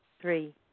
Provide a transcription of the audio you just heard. Three